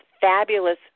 fabulous